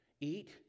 Eat